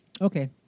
Okay